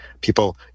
people